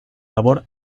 labor